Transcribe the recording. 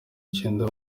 icyenda